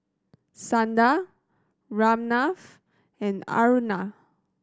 Sundar Ramnath and Aruna